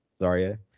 Zarya